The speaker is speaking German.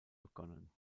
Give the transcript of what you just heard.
begonnen